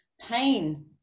pain